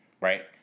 right